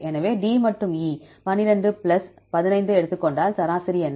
எனவே D மற்றும் E 12 plus 15 ஐ எடுத்துக் கொண்டால் சராசரி என்ன